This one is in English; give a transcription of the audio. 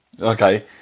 okay